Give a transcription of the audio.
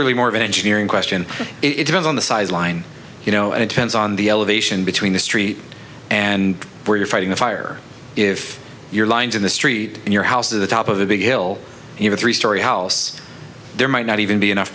really more of an engineering question it depends on the size line you know and it depends on the elevation between the street and where you're fighting the fire if your lines in the street and your house to the top of the big hill you have a three story house there might not even be enough